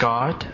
God